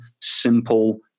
simple